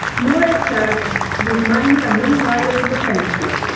more are charged with minor and non-violent offenses,